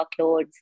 workloads